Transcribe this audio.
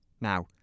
Now